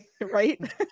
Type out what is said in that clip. right